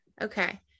Okay